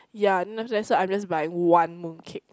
yeah then after that so I'm just buying one mooncake